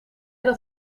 dat